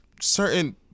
certain